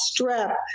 strep